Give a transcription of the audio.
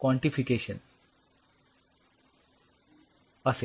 quantification असेल